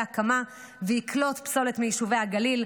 הקמה ויקלוט פסולת מיישובי הגליל,